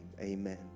Amen